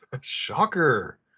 shocker